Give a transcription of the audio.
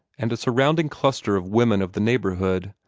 and a surrounding cluster of women of the neighborhood,